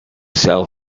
sell